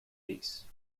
peace